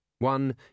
one